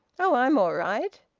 oh! i'm all right.